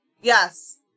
Yes